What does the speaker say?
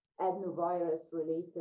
adenovirus-related